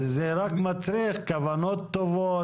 זה רק מצריך כוונות טובות,